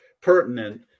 pertinent